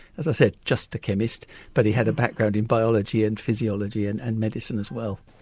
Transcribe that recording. as i said, just a chemist but he had a background in biology and physiology and and medicine as well.